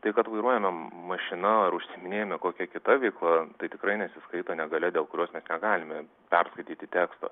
tai kad vairuojame mašina ar užsiiminėjame kokia kita veikla tai tikrai nesiskaito negalia dėl kurios mes negalime perskaityti teksto